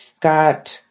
got